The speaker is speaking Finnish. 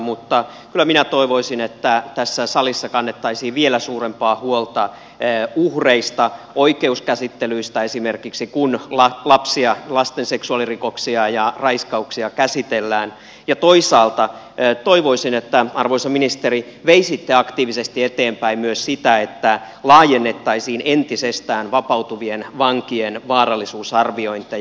mutta kyllä minä toivoisin että tässä salissa kannettaisiin vielä suurempaa huolta uhreista oikeuskäsittelyistä esimerkiksi kun lapsia lasten seksuaalirikoksia ja raiskauksia käsitellään ja toisaalta toivoisin että arvoisa ministeri veisitte aktiivisesti eteenpäin myös sitä että laajennettaisiin entisestään vapautuvien vankien vaarallisuusarviointeja